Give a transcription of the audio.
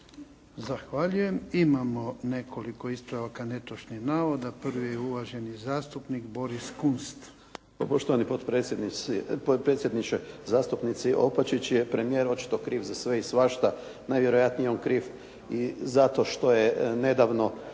Zahvaljujem. Imamo nekoliko ispravaka netočnih navoda. Prvi je uvaženi zastupnik Boris Kunst. **Kunst, Boris (HDZ)** Pa poštovani potpredsjedniče, zastupnici Opačić je premijer očito kriv za sve i svašta, najvjerojatnije je on kriv i zato što je nedavno